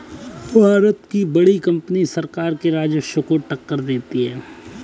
भारत की बड़ी कंपनियां सरकार के राजस्व को टक्कर देती हैं